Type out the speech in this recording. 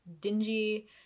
dingy